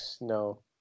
No